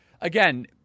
again